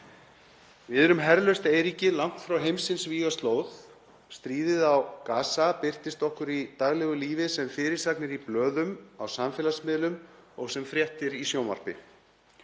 Við erum herlaust eyríki langt frá heimsins vígaslóð. Stríðið á Gaza birtist okkur í daglegu lífi sem fyrirsagnir í blöðum, á samfélagsmiðlum og sem fréttir í sjónvarpi.